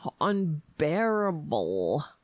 unbearable